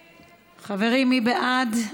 חברים, מי בעד?